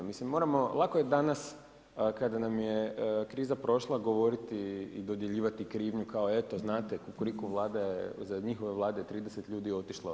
Lako je danas, kada nam je kriza prošla govoriti i dodjeljivati krivnju, kao eto, znate, Kukuriku Vlada je, za njihove Vlade je 30 ljudi otišlo.